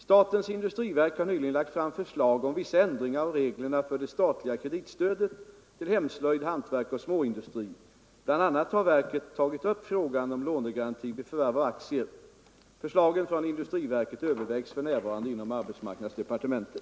Statens industriverk har nyligen lagt fram förslag om vissa ändringar av reglerna för det statliga kreditstödet till hemslöjd, hantverk och småindustri. Bl. a. har verket tagit upp frågan om lånegaranti vid förvärv av aktier. Förslagen från industriverket övervägs för närvarande inom arbetsmarknadsdepartementet.